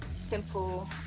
simple